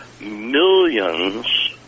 millions